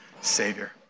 Savior